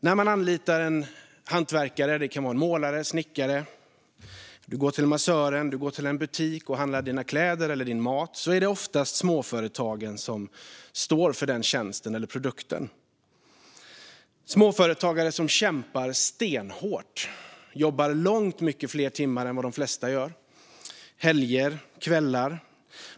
När man anlitar en hantverkare - det kan vara en målare eller en snickare - när man går till massören eller när man går till en butik och handlar kläder eller mat är det ofta småföretagen som står för dessa tjänster eller produkter. Det är småföretagare som kämpar stenhårt och jobbar långt mycket fler timmar än de flesta gör - helger och kvällar.